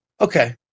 Okay